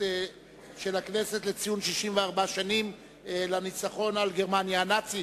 של הכנסת לציון 64 שנים לניצחון על גרמניה הנאצית.